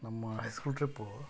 ನಮ್ಮ high school trip